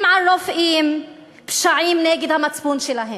כופים על רופאים פשעים נגד המצפון שלהם,